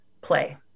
play